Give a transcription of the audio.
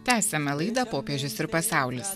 tęsiame laidą popiežius ir pasaulis